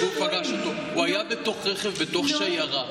הוא היה בתוך רכב, בתוך שיירה.